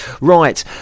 Right